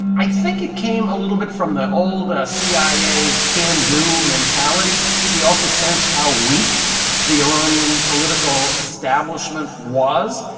i think it came a little bit from the old cia can-do mentality. i think he also sensed how weak the iranian political establishment was.